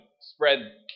spread